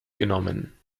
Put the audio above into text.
genommen